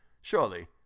Surely